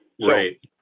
right